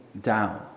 down